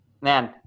man